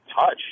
touch